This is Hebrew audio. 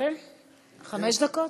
חמש דקות?